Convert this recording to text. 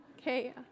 Okay